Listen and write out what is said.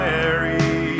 Mary